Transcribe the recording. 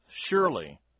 surely